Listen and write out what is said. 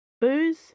Booze